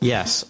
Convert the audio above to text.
Yes